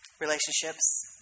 relationships